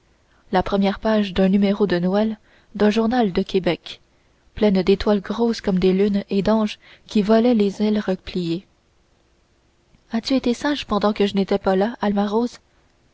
la première page d'un numéro de noël d'un journal de québec pleine d'étoiles grosses comme des lunes et d'anges qui volaient les ailes repliées as-tu été sage pendant que je n'étais pas là alma rose